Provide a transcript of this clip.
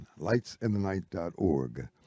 lightsinthenight.org